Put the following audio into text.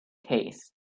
case